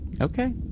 Okay